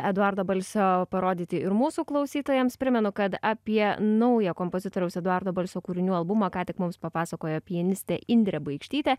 eduardo balsio parodyti ir mūsų klausytojams primenu kad apie naują kompozitoriaus eduardo balsio kūrinių albumą ką tik mums papasakojo pianistė indrė baikštytė